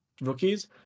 rookies